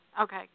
Okay